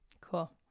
Cool